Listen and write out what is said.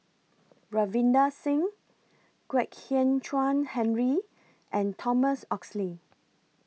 Ravinder Singh Kwek Hian Chuan Henry and Thomas Oxley